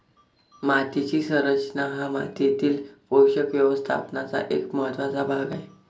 मातीची संरचना हा मातीतील पोषक व्यवस्थापनाचा एक महत्त्वाचा भाग आहे